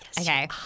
okay